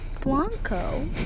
Blanco